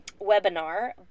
webinar